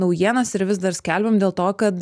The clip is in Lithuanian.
naujienas ir vis dar skelbiam dėl to kad